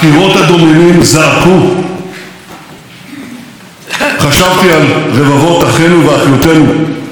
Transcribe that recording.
חשבתי על רבבות אחינו ואחיותינו שהושלכו לבורות המוות בפונאר,